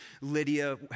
Lydia